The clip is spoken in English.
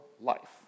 life